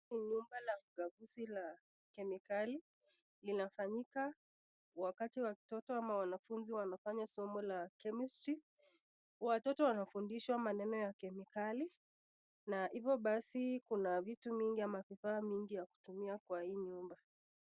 Ni nyumba la ukaguzi la kemikali linafanyika wakati watoto ama wanafunzi wanafanya somo la (cs)chemistry(cs).Watoto wanafundishwa maneno ya kemikali na hivyo basi kuna vitu mingi ama vifa mingi ya kutumia kwa hii nyumba.